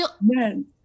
men